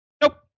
Nope